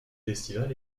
festival